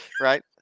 right